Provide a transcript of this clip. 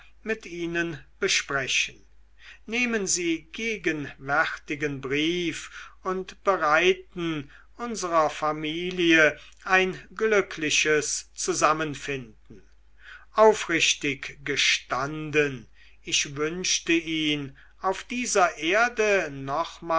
mit ihnen besprechen nehmen sie gegenwärtigen brief und bereiten unsrer familie ein glückliches zusammenfinden aufrichtig gestanden ich wünschte ihn auf dieser erde nochmals